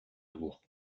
jour